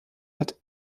hat